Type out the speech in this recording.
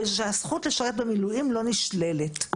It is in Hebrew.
ושהזכות לשרת במילואים לא נשללת.